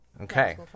Okay